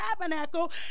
tabernacle